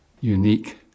unique